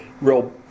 real